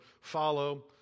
follow